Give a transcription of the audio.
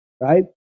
Right